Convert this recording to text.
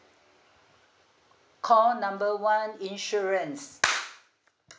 call number one insurance